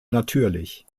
natürlich